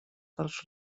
dels